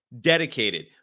dedicated